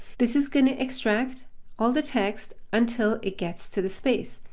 this is going to extract all the text until it gets to the space.